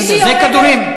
בסדר, זה כדורים.